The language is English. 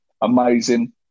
amazing